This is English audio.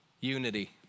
Unity